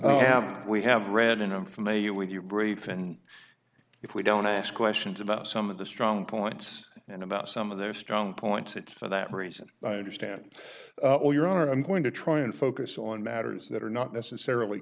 honor we have read and i'm familiar with you brave and if we don't ask questions about some of the strong points and about some of their strong points it's for that reason i understand your honor i'm going to try and focus on matters that are not necessarily